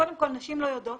קודם כול, נשים לא יודעות